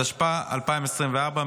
התשפ"ה 2024,